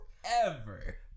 Forever